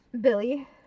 Billy